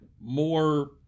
more